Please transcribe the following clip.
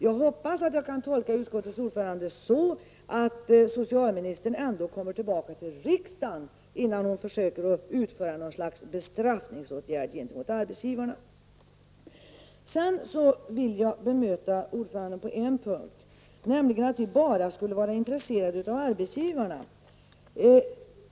Jag hoppas att jag kan tolka utskottets ordförande så att socialministern ändå kommer tillbaka till riksdagen med förslag innan hon försöker utföra något slags bestraffningsåtgärd gentemot arbetsgivarna. Jag vill bemöta ordföranden på en punkt, nämligen att vi moderater bara skulle vara intresserade av arbetsgivarna.